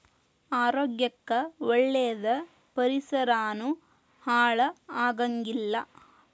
ಆರೋಗ್ಯ ಕ್ಕ ಒಳ್ಳೇದ ಪರಿಸರಾನು ಹಾಳ ಆಗಂಗಿಲ್ಲಾ